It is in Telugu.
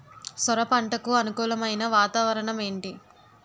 సొర పంటకు అనుకూలమైన వాతావరణం ఏంటి?